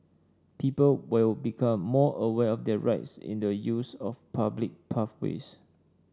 people will become more aware of their rights in the use of public pathways